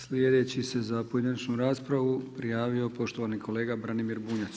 Sljedeći se za pojedinačnu raspravu prijavio poštovani kolega Branimir Bunjac.